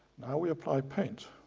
we apply paint